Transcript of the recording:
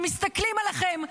שמסתכלים עליכם,